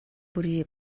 бүрий